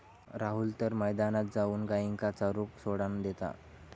राजू तर मैदानात जाऊन गायींका चरूक सोडान देता